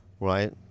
Right